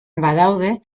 badaude